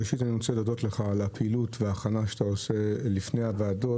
ראשית אני רוצה להודות לך על הפעילות ועל ההכנה שאתה עושה לפני הישיבות,